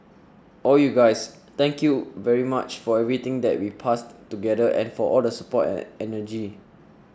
all you guys thank you very much for everything that we passed together and for all the support and energy